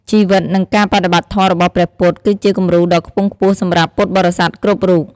ជីវិត និងការបដិបត្តិធម៌របស់ព្រះពុទ្ធ គឺជាគំរូដ៏ខ្ពង់ខ្ពស់សម្រាប់ពុទ្ធបរិស័ទគ្រប់រូប។